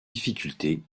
difficultés